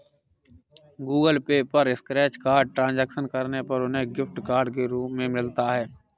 Google Pay पर scratch card transaction करने पर उन्हें गिफ्ट कार्ड के रूप में मिलता है